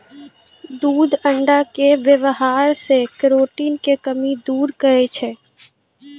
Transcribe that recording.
दूध अण्डा के वेवहार से केरोटिन के कमी दूर करै छै